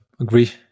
agree